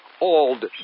old